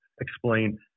explain